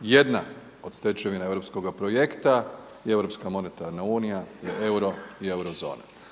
Jedna od stečevina europskog projekta je Europska monetarna unije ili euro i eurozona.